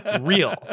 real